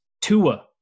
Tua